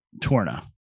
Torna